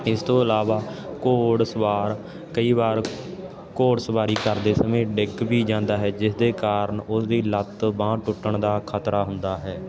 ਇਸ ਤੋਂ ਇਲਾਵਾ ਘੋੜਸਵਾਰ ਕਈ ਵਾਰ ਘੋੜਸਵਾਰੀ ਕਰਦੇ ਸਮੇਂ ਡਿੱਗ ਵੀ ਜਾਂਦਾ ਹੈ ਜਿਸ ਦੇ ਕਾਰਨ ਉਸਦੀ ਲੱਤ ਬਾਂਹ ਟੁੱਟਣ ਦਾ ਖਤਰਾ ਹੁੰਦਾ ਹੈ